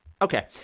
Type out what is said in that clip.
Okay